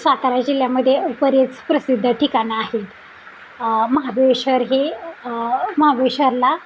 सातारा जिल्ह्यामध्ये बरेच प्रसिद्ध ठिकाणं आहेत महाबळेश्वर हे महाबेश्वरला